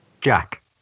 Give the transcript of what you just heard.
Jack